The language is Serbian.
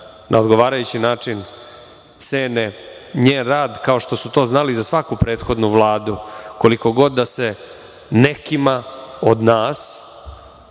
na odgovarajući način cene njen rad kao što su to znali za svaku prethodnu vladu, koliko god da se nekima od nas